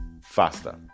faster